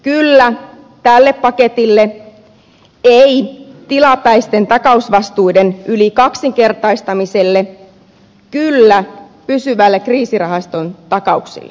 kyllä tälle paketille ei tilapäisten takausvastuiden yli kaksinkertaistamiselle kyllä pysyville kriisirahaston takauksille